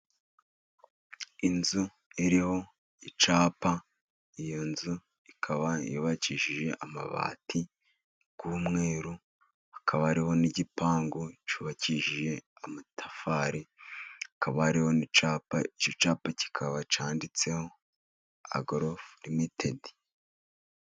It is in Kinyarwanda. Inzu iriho icyapa. Iyo nzu ikaba yubakishije amabati y'umweru, hakaba hariho n'igipangu cyubakishije amatafari. Hakaba hariho n'icyapa, icyo cyapa kikaba cyanditseho agorolofu limitedi.